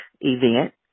event